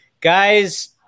guys